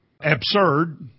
absurd